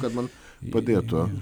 kad man padėtų